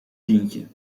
tientje